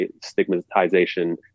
stigmatization